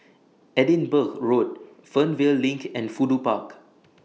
Edinburgh Road Fernvale LINK and Fudu Park